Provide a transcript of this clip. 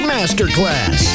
Masterclass